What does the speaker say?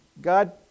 God